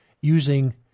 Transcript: using